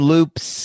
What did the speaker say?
Loops